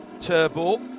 Turbo